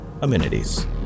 Amenities